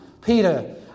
peter